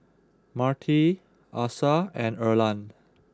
Marti Asa and Erland